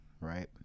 right